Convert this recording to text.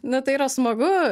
nu tai yra smagu